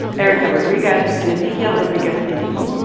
erica rodriguez and ezequiel rodriguez andino.